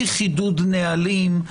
אי חידוד נהלים,